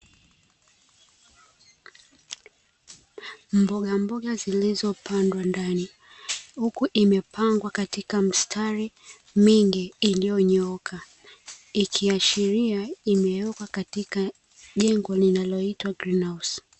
Mbogamboga zilizopandwa ndani, huku imepangwa katika mistari mingi iliyonyooka ikiashiria imewekwa katika jengo linaloitwa "GREEN HOUSE".